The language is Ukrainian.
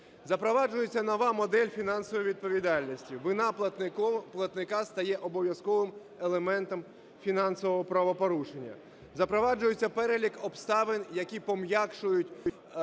Запроваджується нова модель фінансової відповідальності, вина платника стає обов’язковим елементом фінансового правопорушення. Запроваджується перелік обставин, які пом’якшують